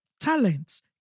talents